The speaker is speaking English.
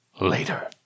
later